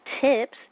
tips